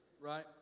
right